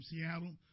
Seattle